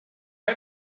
are